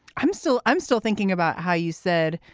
i'm still i'm still thinking about how you said